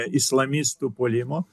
islamistų puolimo